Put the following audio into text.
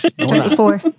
Twenty-four